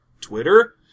Twitter